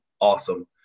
awesome